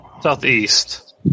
Southeast